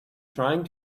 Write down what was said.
trying